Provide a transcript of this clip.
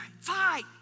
Fight